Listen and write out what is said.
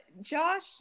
Josh